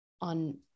on